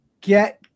get